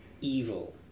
evil